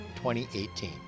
2018